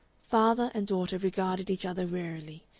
father and daughter regarded each other warily,